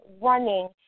running